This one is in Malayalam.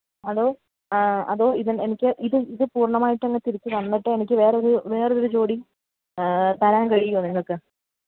അതോ അതോ ഇതെന് എനിക്ക് ഇത് ഇത് പൂര്ണ്ണമായിട്ട് അങ്ങ് തിരിച്ച് തന്നിട്ട് എനിക്ക് വേറൊരു വേറൊരു ജോഡി തരാന് കഴിയുമോ നിങ്ങൾക്ക്